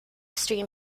stream